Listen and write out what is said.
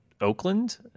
oakland